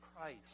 Christ